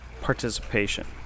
participation